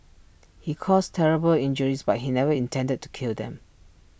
he caused terrible injuries but he never intended to kill them